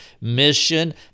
mission